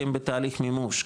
כי הן בתהליך מימוש,